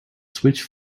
switch